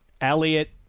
Elliot